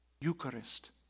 Eucharist